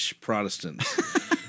Protestants